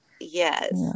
Yes